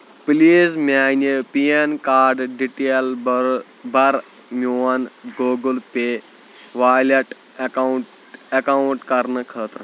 please میٲنہِ PAN card detail بَر میون Google pay wallet account account کرنہٕ خٲطرٕ